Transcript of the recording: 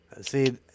See